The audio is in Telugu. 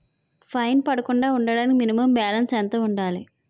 ఫైన్ పడకుండా ఉండటానికి మినిమం బాలన్స్ ఎంత ఉండాలి?